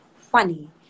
funny